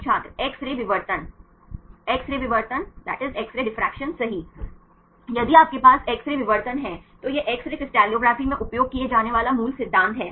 छात्र X ray विवर्तन X ray विवर्तन सही यदि आपके पास एक्स रे विवर्तन है तो यह एक्स रे क्रिस्टलोग्राफी में उपयोग किया जाने वाला मूल सिद्धांत है